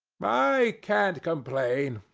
i can't complain.